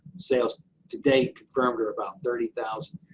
sales to date, confirmed are about thirty thousand.